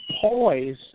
poise –